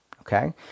Okay